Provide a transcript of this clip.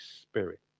Spirit